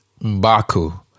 Baku